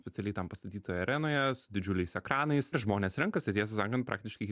specialiai tam pastatytoje arenoje su didžiuliais ekranais žmonės renkasi tiesą sakant praktiškai